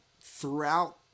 throughout